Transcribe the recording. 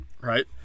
right